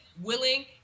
willing